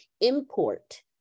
import